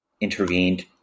intervened